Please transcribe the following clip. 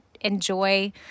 enjoy